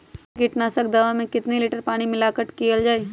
कतेक किटनाशक दवा मे कितनी लिटर पानी मिलावट किअल जाई?